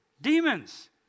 Demons